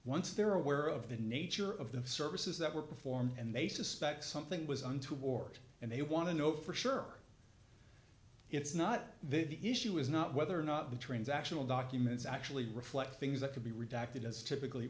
once they're aware of the nature of the services that were performed and they suspect something was untoward and they want to know for sure it's not they the issue is not whether or not the transactional documents actually reflect things that could be redacted as typically